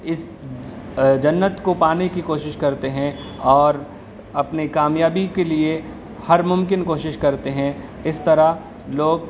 اس جنت کو پانے کوشش کرتے ہیں اور اپنے کامیابی کے لیے ہر ممکن کوشش کرتے ہیں اس طرح لوگ